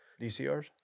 DCRs